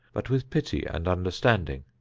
but with pity and understanding.